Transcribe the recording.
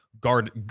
guard